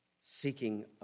seeking